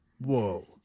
Whoa